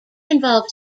involve